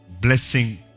blessing